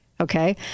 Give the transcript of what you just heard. Okay